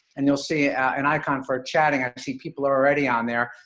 and you'll see an icon for chatting. i see people are already on there.